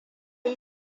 yi